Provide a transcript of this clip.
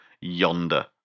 yonder